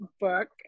book